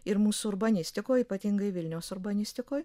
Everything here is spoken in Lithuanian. ir mūsų urbanistikoj ypatingai vilniaus urbanistikoj